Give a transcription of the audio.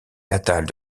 natale